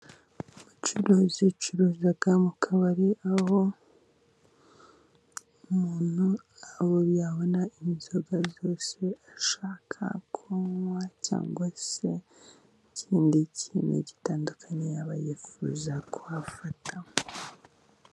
Abacuruzi bacururira mu kabari. Aho umuntu abo yabona inzoga zose ashaka kunywa. Cyangwa se ikindi kintu gitandukanye yaba yifuza kuhafata.